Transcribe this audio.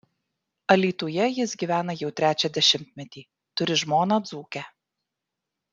alytuje jis gyvena jau trečią dešimtmetį turi žmoną dzūkę